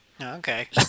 Okay